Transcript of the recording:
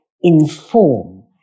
inform